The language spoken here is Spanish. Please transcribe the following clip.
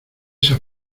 esa